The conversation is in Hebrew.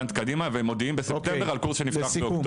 אני כל שנה מבקש גאנט קדימה ומודיעים בספטמבר על קורס שנפתח באוקטובר,